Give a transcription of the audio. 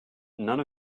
none